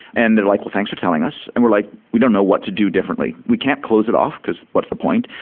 and they're like, thanks for telling us. and we're like, we don't know what to do differently. we can't close it off, because what's the point?